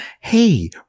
hey